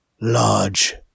large